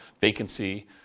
vacancy